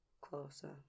closer